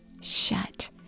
shut